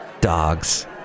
Dogs